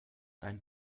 dein